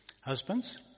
Husbands